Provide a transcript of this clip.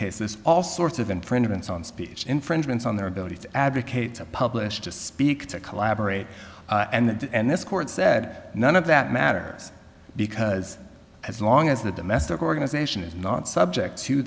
case this all sorts of infringements on speech infringements on their ability to advocate to publish to speak to collaborate and and this court said none of that matters because as long as the domestic organization is not subject to